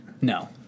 No